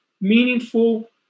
meaningful